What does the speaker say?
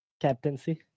Captaincy